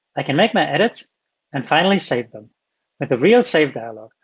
i can make my edits and finally save them with a real save dialog,